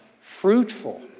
Fruitful